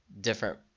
different